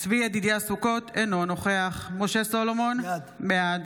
צבי ידידיה סוכות, אינו נוכח משה סולומון, בעד